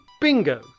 bingo